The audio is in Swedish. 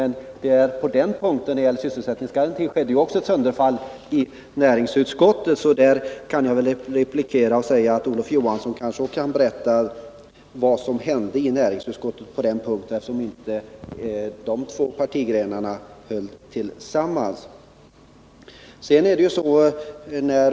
När det gäller sysselsättningsgarantin skedde ju också ett sönderfall i näringsutskottet, så jag kan väl replikera genom att be Olof Johansson berätta vad som hände i näringsutskottet på den punkten, eftersom inte de två partigrenarna höll ihop.